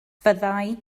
fyddai